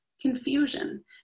confusion